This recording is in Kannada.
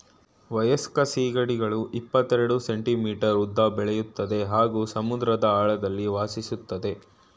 ವಯಸ್ಕ ಸೀಗಡಿಗಳು ಇಪ್ಪತೆರೆಡ್ ಸೆಂಟಿಮೀಟರ್ ಉದ್ದ ಬೆಳಿತದೆ ಹಾಗೂ ಸಮುದ್ರದ ಆಳದಲ್ಲಿ ವಾಸಿಸ್ತದೆ